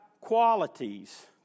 qualities